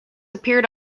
appeared